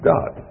God